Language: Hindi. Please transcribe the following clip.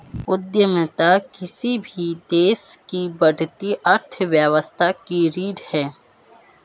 उद्यमिता किसी भी देश की बढ़ती अर्थव्यवस्था की रीढ़ है